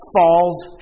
falls